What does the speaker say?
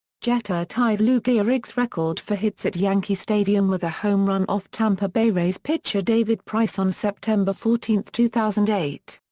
jeter tied lou gehrig's record for hits at yankee stadium with a home run off tampa bay rays pitcher david price on september fourteen, two thousand and eight.